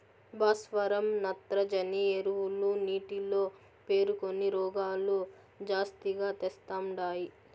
భాస్వరం నత్రజని ఎరువులు నీటిలో పేరుకొని రోగాలు జాస్తిగా తెస్తండాయి